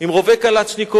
עם רובה קלצ'ניקוב,